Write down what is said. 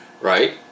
right